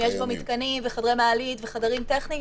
אם יש בו מתקנים וחדרי מעלית וחדרים טכניים,